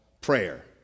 prayer